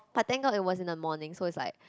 but thank god it was in the morning so it's like